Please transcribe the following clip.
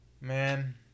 Man